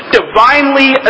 divinely